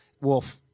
Wolf